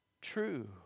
true